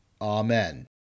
Amen